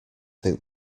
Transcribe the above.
think